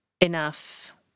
enough